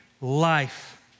life